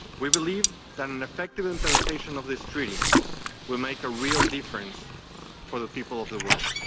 we believe that an effective implementation of this treaty will make a real difference for the people of the world.